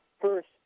First